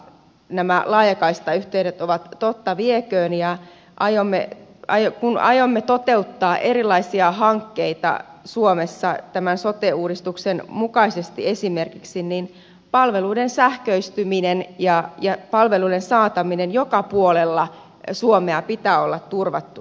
perusinfraa nämä laajakaistayhteydet ovat totta vieköön ja kun aiomme toteuttaa erilaisia hankkeita suomessa esimerkiksi tämän sote uudistuksen mukaisesti niin palveluiden sähköistymisen ja palvelujen saamisen joka puolella suomea pitää olla turvattuna